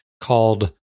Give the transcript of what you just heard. called